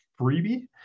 freebie